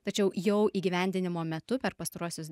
tačiau jau įgyvendinimo metu per pastaruosius